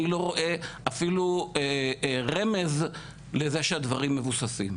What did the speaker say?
אני לא רואה אפילו רמז לזה שהדברים מבוססים.